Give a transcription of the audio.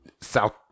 South